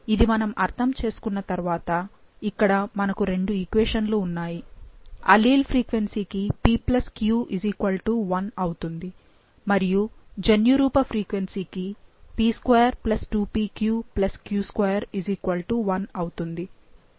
ఇది మనము అర్థము చేసుకున్న తరువాత ఇక్కడ మనకు రెండు ఈక్వేషన్లు ఉన్నాయి అల్లీల్ ఫ్రీక్వెన్సీకి pq 1 అవుతుంది మరియు జన్యురూప ఫ్రీక్వెన్సీకి p22pqq21 అవుతుంది